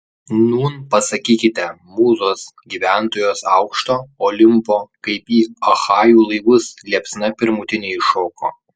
nūn pasakykite mūzos gyventojos aukšto olimpo kaip į achajų laivus liepsna pirmutinė įšoko